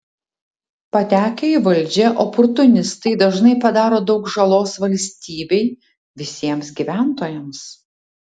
patekę į valdžią oportunistai dažnai padaro daug žalos valstybei visiems gyventojams